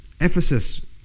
Ephesus